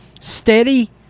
Steady